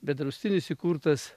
bet draustinis įkurtas